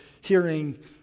hearing